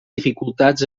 dificultats